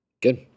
Good